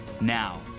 Now